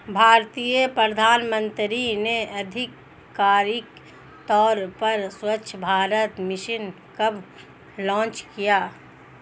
भारतीय प्रधानमंत्री ने आधिकारिक तौर पर स्वच्छ भारत मिशन कब लॉन्च किया?